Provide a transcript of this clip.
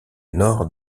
nord